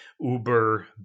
Uber